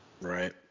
Right